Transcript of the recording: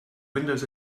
windows